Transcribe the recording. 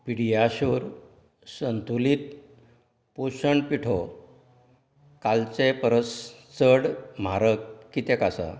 PediaSure संतुलित पोशण पिठो कालचे परस चड म्हारग कित्याक आसा